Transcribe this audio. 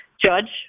judge